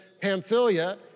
Pamphylia